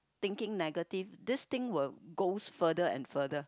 thinking negative this thing will goes further and further